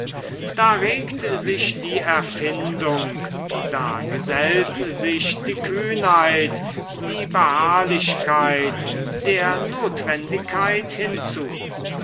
da regt sich die erfindung da gesellt sich die kühnheit die beharrlichkeit der notwendigkeit hinzu